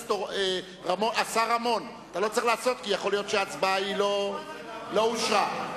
כי יכול להיות שההצבעה לא אושרה.